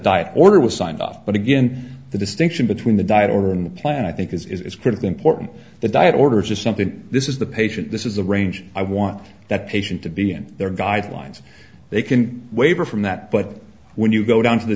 diet or was signed off but again the distinction between the diet order and the plan i think is critically important the diet orders are something this is the patient this is the range i want that patient to be in their guidelines they can waver from that but when you go down to the